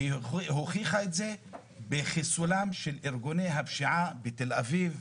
והיא הוכיחה את זה בחיסולם של ארגוני הפשיעה בתל אביב,